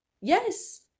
Yes